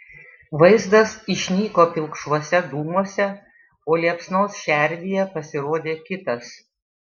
vaizdas išnyko pilkšvuose dūmuose o liepsnos šerdyje pasirodė kitas